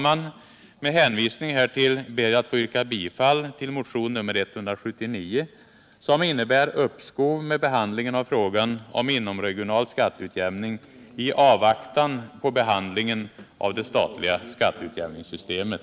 Med hänvisning härtill ber jag att få yrka bifall till motion nr 179 som innebär uppskov med behandlingen av frågan om inomregional skatteutjämning i avvaktan på behandlingen av det statliga skatteutjämningssystemet.